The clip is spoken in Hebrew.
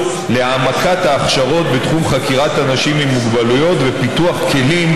להעמקת ההכשרות בתחום חקירת אנשים עם מוגבלויות ופיתוח כלים